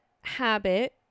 habit